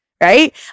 right